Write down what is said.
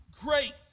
Great